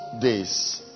days